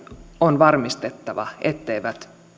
on varmistettava etteivät